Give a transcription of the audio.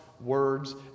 words